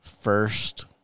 first